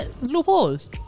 loopholes